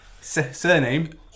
surname